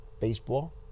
baseball